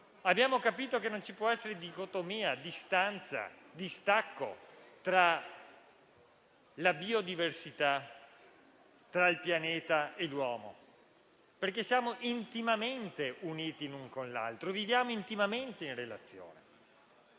abbiamo capito che non ci può essere dicotomia, distanza e distacco tra la biodiversità, il pianeta e l'uomo perché siamo intimamente uniti l'un con l'altro, viviamo intimamente in relazione.